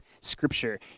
scripture